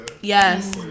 Yes